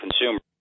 consumers